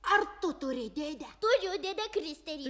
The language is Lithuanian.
ar tu turi dėdę turiu dėdė kristerį